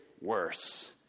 worse